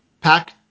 pack